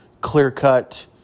clear-cut